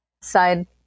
side